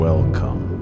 Welcome